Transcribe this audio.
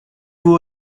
vous